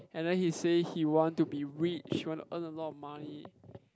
and then he say he want to be rich he want to earn a lot of money